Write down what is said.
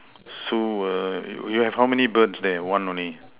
so err you have many birds there one only